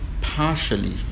partially